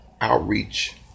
outreach